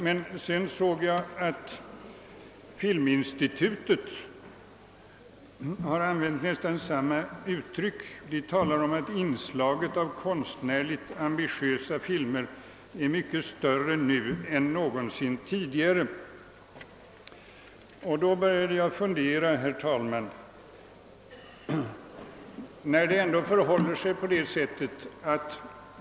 Men sedan såg jag att filminstitutet har använt nästan samma uttryck. Det talar om att »inslaget av konstnärligt ambitiösa filmer är mycket större nu än någonsin tidigare». Då började jag fundera, herr talman.